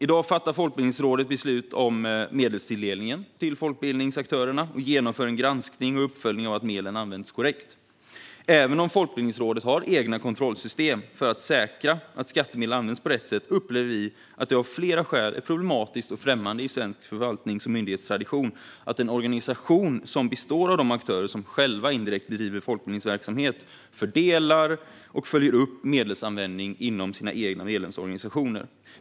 I dag fattar Folkbildningsrådet beslut om medelstilldelningen till folkbildningsaktörerna och genomför granskning och uppföljning av att medlen använts korrekt. Även om Folkbildningsrådet har egna kontrollsystem för att säkra att skattemedel används på rätt sätt upplever vi att det av flera skäl är problematiskt och främmande i svensk förvaltnings och myndighetstradition att en organisation som består av de aktörer som själva bedriver folkbildningsverksamhet fördelar och följer upp medelsanvändningen inom sina egna medlemsorganisationer.